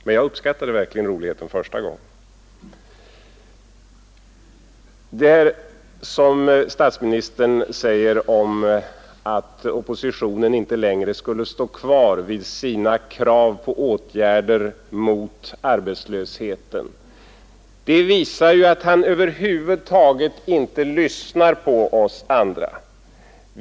Men jag uppskattade verkligen roligheten första gången. Statsministern säger att oppositionen inte längre skulle stå kvar vid sina krav på åtgärder mot arbetslösheten. Detta visar att han över huvud taget inte lyssnar på oss andra.